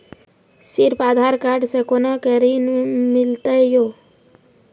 सिर्फ आधार कार्ड से कोना के ऋण मिलते यो?